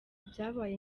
byabaye